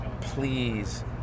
please